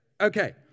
Okay